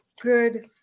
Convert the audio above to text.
good